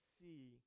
see